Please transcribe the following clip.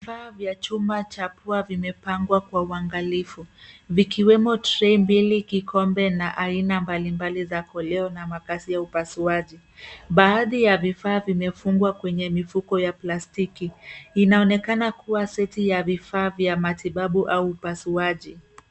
Vifaa vya chumba cha pua vimepangwa kwa uangalifu vikiwemo tray mbili, kikombe na aina mbalimbali za koleo na makasi ya upasuaji. Baadhi ya vifaa vimefungwa kwenye mifuko ya plastiki. Inaonekana kuwa seti ya vifaa vya matibabu au upasuaji.